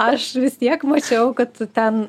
aš vis tiek mačiau kad tu ten